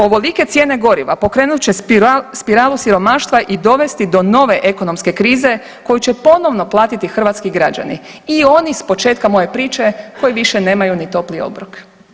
Ovolike cijene goriva pokrenut će spiralu siromaštva i dovesti do nove ekonomske krize koju će ponovno platiti hrvatski građani i oni s početka moje priče koji više nemaju ni topli obrok.